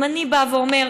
אם אני בא ואומר: